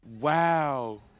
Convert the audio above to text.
Wow